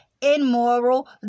immoral